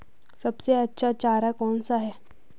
सबसे अच्छा चारा कौन सा है?